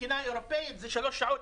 התקינה אירופאית זה 3 או 4 שעות,